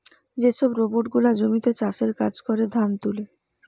যে সব রোবট গুলা জমিতে চাষের কাজ করে, ধান তুলে